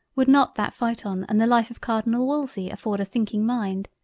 would not that phaeton and the life of cardinal wolsey afford a thinking mind!